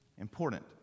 important